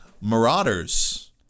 Marauders